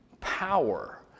power